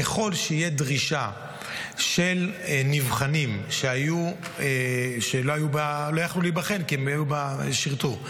ככל שתהיה דרישה של נבחנים שלא יכלו להיבחן כי הם שירתו,